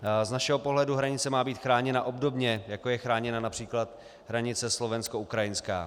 Z našeho pohledu hranice má být chráněna obdobně, jako je chráněna např. hranice slovenskoukrajinská.